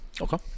Okay